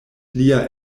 lia